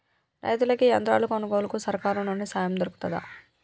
రైతులకి యంత్రాలు కొనుగోలుకు సర్కారు నుండి సాయం దొరుకుతదా?